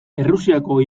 errusiako